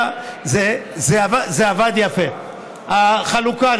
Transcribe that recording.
זה עבד יפה, החלוקה.